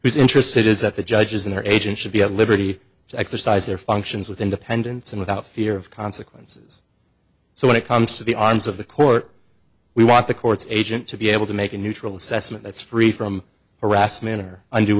who's interested is that the judges in our agent should be at liberty to exercise their functions with independents and without fear of consequences so when it comes to the arms of the court we want the courts agent to be able to make a neutral assessment that's free from harass manner und